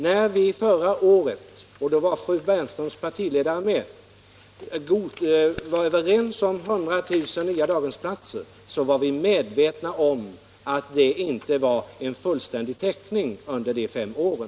När vi förra året — och då var fru Bernströms partiledare med — blev överens om 100 000 nya daghemsplatser, så var vi medvetna om att det inte innebar en fullständig täckning under de fem åren.